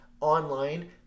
online